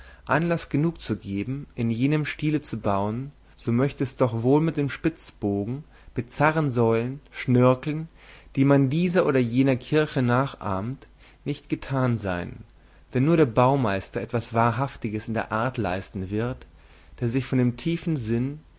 anlaß genug geben in jenem stil zu bauen so möchte es doch wohl mit den spitzbogen bizarren säulen schnörkeln die man dieser oder jener kirche nachahmt nicht getan sein da nur der baumeister etwas wahrhaftiges in der art leisten wird der sich von dem tiefen sinn